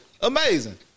Amazing